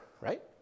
right